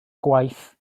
gwaith